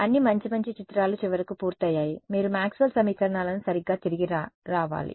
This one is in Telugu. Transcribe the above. కాబట్టి అన్ని మంచి మంచి చిత్రాలు చివరకు పూర్తయ్యాయి మీరు మాక్స్వెల్ సమీకరణాలకు సరిగ్గా తిరిగి రావాలి